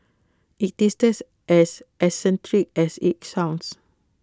IT tastes as eccentric as IT sounds